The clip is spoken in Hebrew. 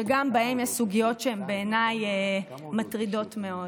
וגם בהם יש סוגיות שמטרידות מאוד בעיניי.